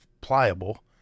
pliable